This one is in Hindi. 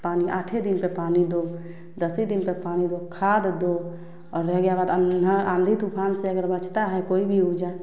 पानी आठवे दिन पे पानी दो दसवे दिन पे पानी दो खाद दो और रह गया अँधा आंधी तूफान से अगर बचता हैं कोई भी उपजा